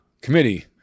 committee